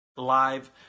Live